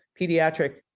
pediatric